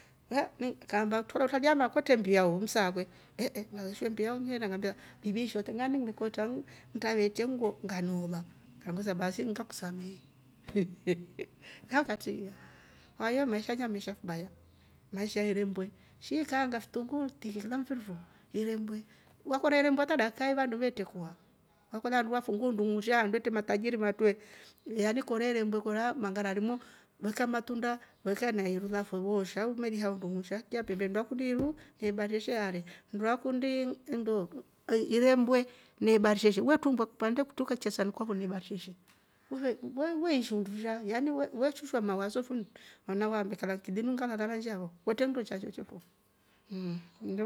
Kaamba kolya utraneaamba kwetre mmbiau msaakwe, ngeeshwa mmbia ngileenda ngambia bibisho trengaa ni ini ngile kootra ho ngaveichya nguo nganeoola, kangvesa baasi ngaksamehe haatri hayoo meisha namesha fibaya maisha ya irembwe shi ikaanga kitunguu kila mfiri fo, irembwe wakolya irembwe hata dakika hi wandu ve trekwa wakolya handu afungwa undungusha handru kwetree matajiri matwre yaani kola irembwe kolya mangararimo ikya matunda weka na iru lafo woosha we lihyaa undusha, mndu aundi iru na ibarisheshe alye mndu akundiii indo irembwe na ibarisheshe we trumbua kipande kutri ukaichya sanini kwafo na ibarisheshe uve- we ishi undusha yan we shusha mawaso nala uambe kala linu ngalala nshaa fo kwetre nndo sha choocho fo mmm.